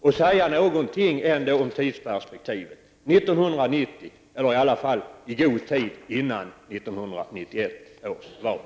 Går det ändå att säga något om tidsperspektivet? Kommer det en proposition 1990, eller i varje fall i god tid före 1991 års val?